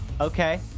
Okay